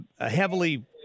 heavily